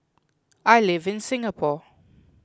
I live in Singapore